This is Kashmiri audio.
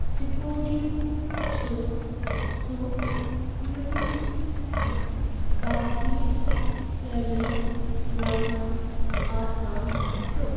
سِکورِنٛگ چھِ سُہ یُس باقیٖد کھیلَن منٛز آسان چھُ